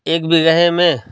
एक बीघे में